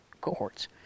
cohorts